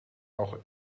auch